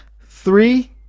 Three